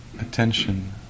attention